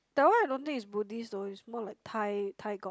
that one I don't think is Buddhist though is more like Thai Thai god